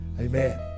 Amen